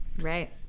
Right